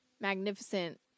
magnificent